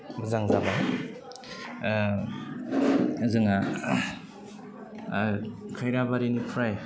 मोजां जाबाय जोङा खैराबारिनिफ्राय